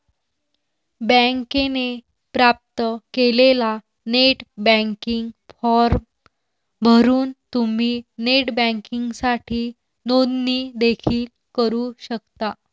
बँकेने प्राप्त केलेला नेट बँकिंग फॉर्म भरून तुम्ही नेट बँकिंगसाठी नोंदणी देखील करू शकता